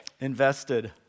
invested